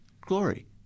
glory